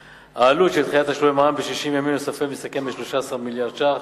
העלות של דחיית תשלומי מע"מ ב-60 ימים נוספים מסתכמת ב-13 מיליארד ש"ח,